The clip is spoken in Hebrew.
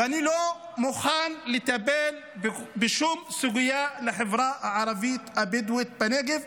ואני לא מוכן לטפל בשום סוגיה בחברה הערבית הבדואית בנגב,